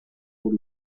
por